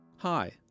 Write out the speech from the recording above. Hi